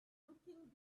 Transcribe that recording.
looking